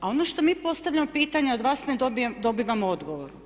A ono što mi postavljamo pitanje od vas ne dobivamo odgovor.